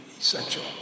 essential